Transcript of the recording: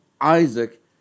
Isaac